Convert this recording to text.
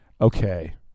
Okay